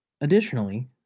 Additionally